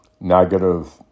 negative